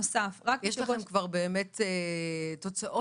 יש לכם כבר באמת תוצאות